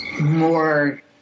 more